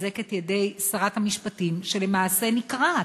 ולחזק את ידי שרת המשפטים, שלמעשה נקרעת,